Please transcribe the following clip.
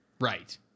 Right